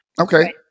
okay